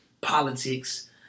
politics